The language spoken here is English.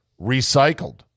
recycled